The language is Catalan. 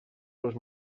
los